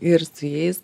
ir su jais